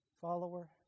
follower